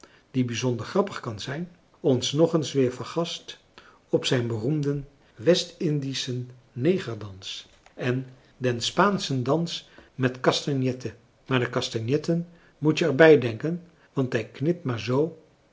die bijzonder grappig zijn kan ons nog eens weer vergast op zijn beroemden west indischen negerdans en den spaanschen dans met de castagnetten maar de castagnetten moet je er bij denken want hij knipt maar zoo